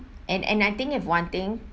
and and I think if wanting